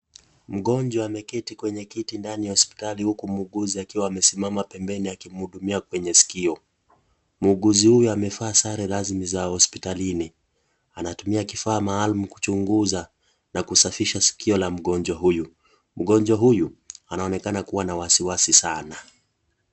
Mgonjwa ameketi kwenye kiti ndani ya hospitali huku muuguzi akiwa amesimama pembeni akimhudumia kwenye sikio, muuguzi huyu amevaa sare rasmi za hospitalini, anatumia kifaa maalum kuchunguza na kusafisha sikio la mgonjwa huyu, mgonjwa huyu anaonekana kuwa na wasiwasi sana.